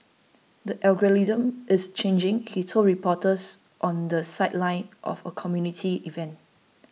the algorithm is changing he told reporters on the sideline of a community event